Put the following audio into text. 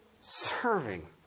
Serving